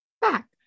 back